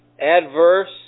adverse